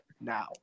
now